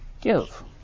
give